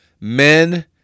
Men